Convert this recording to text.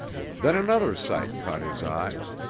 then another sight caught his eyes.